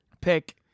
pick